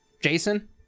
Jason